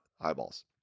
eyeballs